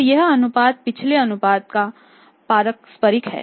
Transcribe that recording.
तो यह अनुपात पिछले अनुपात का पारस्परिक है